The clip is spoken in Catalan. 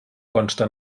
consta